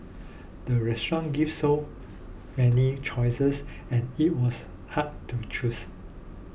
the restaurant gave so many choices and it was hard to choose